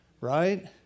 Right